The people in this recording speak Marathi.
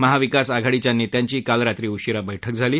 महाविकास आघाडीच्या नेत्यांची काल रात्री उशीरा बैठक झाली